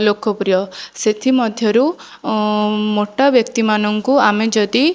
ଲୋକପ୍ରିୟ ସେଥିମଧ୍ୟରୁ ମୋଟା ବ୍ୟକ୍ତିମାନଙ୍କୁ ଆମେ ଯଦି